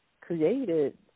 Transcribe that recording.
created